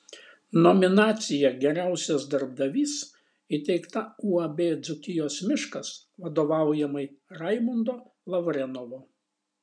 nominacija geriausias darbdavys įteikta uab dzūkijos miškas vadovaujamai raimundo lavrenovo